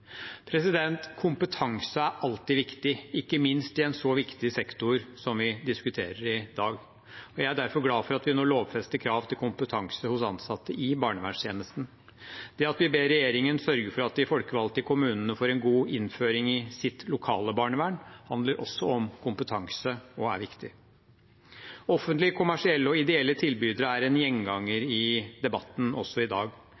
Kompetanse er alltid viktig, ikke minst i en så viktig sektor som den vi diskuterer i dag. Jeg er derfor glad for at vi nå lovfester krav til kompetanse hos ansatte i barnevernstjenesten. Det at vi ber regjeringen sørge for at de folkevalgte i kommunene får en god innføring i sitt lokale barnevern, handler også om kompetanse og er viktig. Offentlige, kommersielle og ideelle tilbydere er gjengangere i debatten – også i dag.